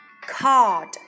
card